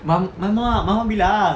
ma~ mama mama bilang